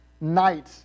night